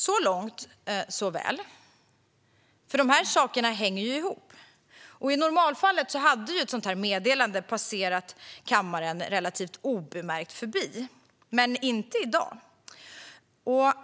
Så långt allt väl, för de här sakerna hänger ju ihop, och i normalfallet hade ett sådant här meddelande passerat kammaren relativt obemärkt - dock inte i dag.